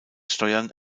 steuern